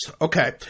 Okay